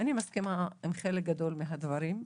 אני מסכימה עם חלק גדול מהדברים.